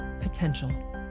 potential